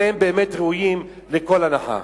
אלה באמת ראויים לכל הנחה.